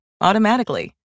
automatically